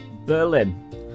Berlin